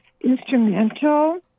instrumental